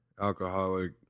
alcoholic